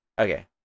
okay